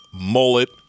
mullet